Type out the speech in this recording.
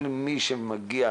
כל מי שמגיע